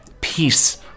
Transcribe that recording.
peace